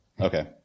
okay